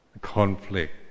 conflict